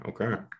okay